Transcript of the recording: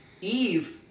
Eve